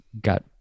got